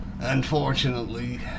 Unfortunately